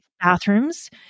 bathrooms